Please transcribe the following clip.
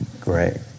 Great